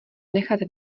nechat